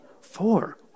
Four